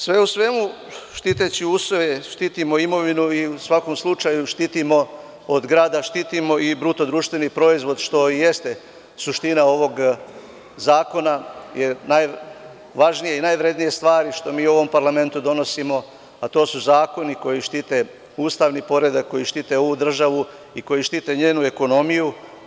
Sve u svemu, štiteći useve štitimo i imovinu i u svakom slučaju štitimo od grada, a štitimo i BDP, što i jeste suština ovog zakona, jer najvažnije i najvrednije stvari što u ovom parlamentu donosimo, to su zakoni koji štite ustavni poredak, koji štite ovu državu i koji štite njenu ekonomiju.